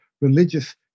religious